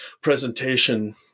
presentation